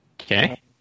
Okay